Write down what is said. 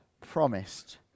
promised